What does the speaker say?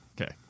okay